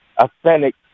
Authentic